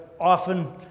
often